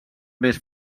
més